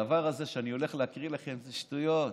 הדבר הזה שאני הולך להקריא לכם זה שטויות,